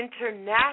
international